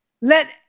let